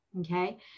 Okay